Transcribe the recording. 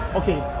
okay